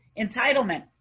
entitlement